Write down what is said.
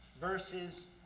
verses